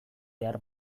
behar